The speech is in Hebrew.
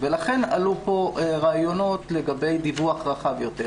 ולכן עלו פה רעיונות לגבי דיווח רחב יותר,